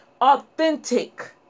authentic